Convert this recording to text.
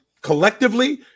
collectively